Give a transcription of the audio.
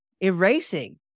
erasing